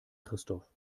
christoph